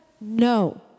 No